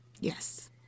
yes